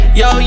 yo